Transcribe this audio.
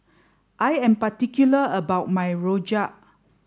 I am particular about my Rojak